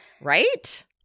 Right